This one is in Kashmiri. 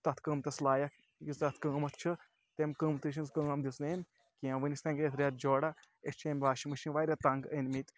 تَتھ قۭمتَس لایق یُس اَتھ قۭمَتھ چھُ تَمہِ قۭمتٕچ ہِنٛز کٲم دِژ نہٕ أمۍ کینٛہہ وُنیُک تانۍ گٔیے یَتھ رٮ۪تھ جورا أسۍ چھِ أمۍ واشِنٛگ مِشیٖن واریاہ تنٛگ أنۍ مٕتۍ